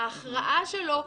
ההכרעה שלו,